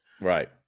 Right